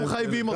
לא מחייבים אותם.